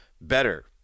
better